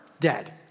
dead